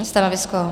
Stanovisko?